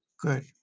Good